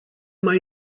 mai